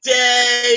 day